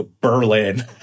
Berlin